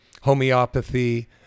homeopathy